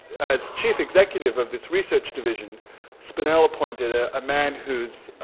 as chief executive of this research division spanel appointed a man whose